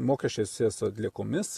mokesčiai susiję su atliekomis